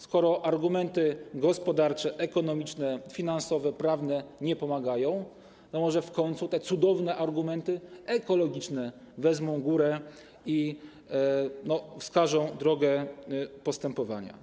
Skoro argumenty gospodarcze, ekonomiczne, finansowe, prawne nie pomagają, to może w końcu te cudowne argumenty ekologiczne wezmą górę i wskażą drogę postępowania.